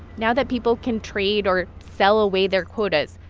now that people can trade or sell away their quotas,